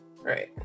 right